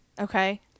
Okay